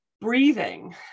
breathing